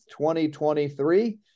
2023